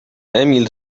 emil